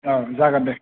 औ जागोन दे